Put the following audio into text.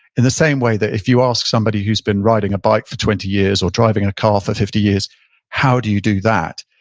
in the same way that if you ask somebody who's been riding a bike for twenty years or driving a car for fifty years how do you do that,